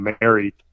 married